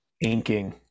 inking